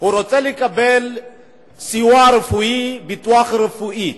והוא רוצה לקבל סיוע רפואי, ביטוח רפואי.